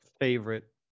favorite